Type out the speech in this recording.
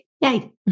Yay